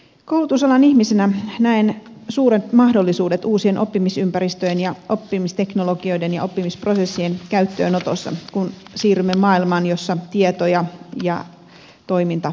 koulutusalan ihmisenä näen suuret mahdollisuudet uusien oppimisympäristöjen oppimisteknologioiden ja oppimisprosessien käyttöönotossa kun siirrymme maailmaan jossa tieto ja toiminta digitalisoituvat